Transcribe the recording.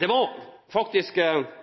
Det var faktisk